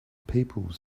people